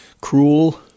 cruel